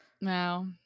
No